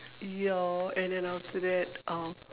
ya and then after that uh